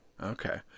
Okay